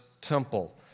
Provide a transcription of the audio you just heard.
temple